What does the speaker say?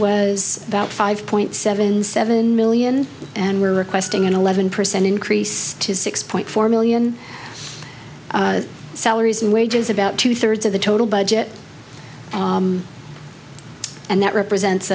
was about five point seven seven million and we're requesting an eleven percent increase to six point four million salaries and wages about two thirds of the total budget and that